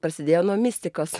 prasidėjo nuo mistikos